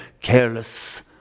Careless